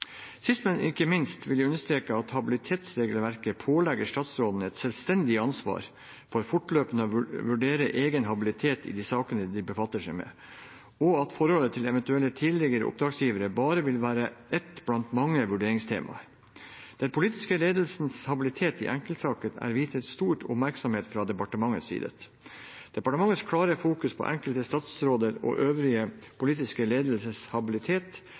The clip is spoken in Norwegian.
Sist, men ikke minst vil jeg understreke at habilitetsregelverket pålegger statsrådene et selvstendig ansvar for fortløpende å vurdere egen habilitet i de sakene de befatter seg med, og at forholdet til eventuelle tidligere oppdragsgivere bare vil være ett blant mange vurderingstemaer. Den politiske ledelsens habilitet i enkeltsaker er viet stor oppmerksomhet fra departementenes side. Departementenes klare fokusering på den enkelte statsråds og øvrige politiske ledelses habilitet